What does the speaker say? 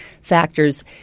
factors